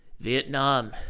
Vietnam